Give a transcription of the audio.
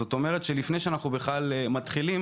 זאת אומרת שלפני שאנחנו בכלל מתחילים